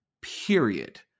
Period